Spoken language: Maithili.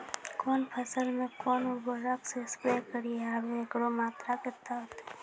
कौन फसल मे कोन उर्वरक से स्प्रे करिये आरु एकरो मात्रा कत्ते होते?